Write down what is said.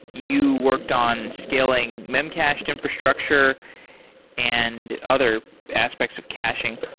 you worked on scaling memcached infrastructure and other aspects of caching.